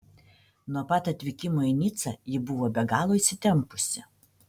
nuo pat atvykimo į nicą ji buvo be galo įsitempusi